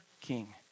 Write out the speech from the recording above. king